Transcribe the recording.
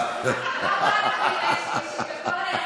לא רק בימי שלישי, בכל הימים.